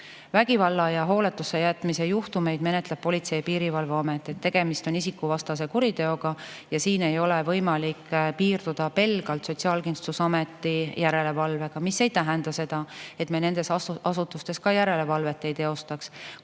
Vägivalla ja hooletusse jätmise juhtumeid menetleb Politsei- ja Piirivalveamet. Tegemist on isikuvastase kuriteoga ja sel juhul ei ole võimalik piirduda pelgalt Sotsiaalkindlustusameti järelevalvega. See ei tähenda seda, et me nendes asutustes järelevalvet ei teosta,